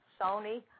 Sony